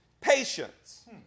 patience